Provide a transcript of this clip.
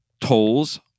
tolls